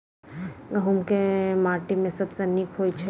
गहूम केँ माटि मे सबसँ नीक होइत छै?